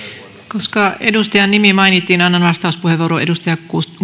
koska edustajan nimi mainittiin annan vastauspuheenvuoron edustaja